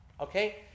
Okay